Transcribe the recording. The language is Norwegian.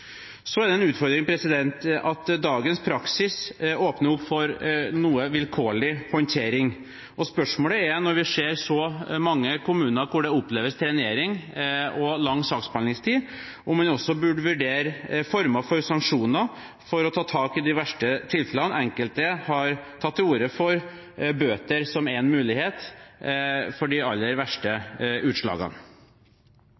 Så er det en utfordring at dagens praksis åpner for noe vilkårlig håndtering. Spørsmålet er, når vi ser så mange kommuner hvor det oppleves trenering og lang saksbehandlingstid, om man også burde vurdere former for sanksjoner for å ta tak i de verste tilfellene. Enkelte har tatt til orde for bøter som en mulighet for de aller verste